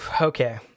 okay